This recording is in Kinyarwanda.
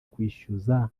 kwishyuza